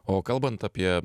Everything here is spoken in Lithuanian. o kalbant apie